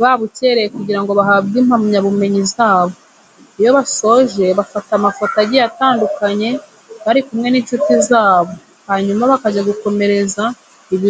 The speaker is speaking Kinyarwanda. babukereye kugira ngo bahabwe impamyabumenyi zabo. Iyo basoje bafata amafoto agiye atandukanye bari kumwe n'inshuti zabo hanyuma bakajya gukomereza ibirori mu ngo.